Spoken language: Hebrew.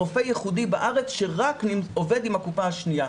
רופא ייחודי בארץ שעובד רק עם הקופה השנייה.